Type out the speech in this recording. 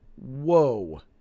whoa